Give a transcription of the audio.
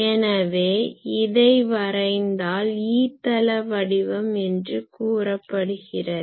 எனவே இதை வரைந்தால் E தள வடிவம் என்று கூறப்படுகிறது